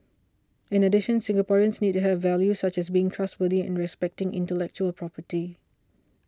in addition Singaporeans need to have values such as being trustworthy and respecting intellectual property